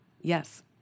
Yes